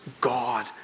God